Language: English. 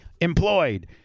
employed